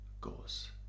goes